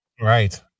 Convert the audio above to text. Right